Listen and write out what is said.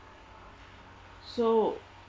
so